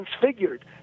transfigured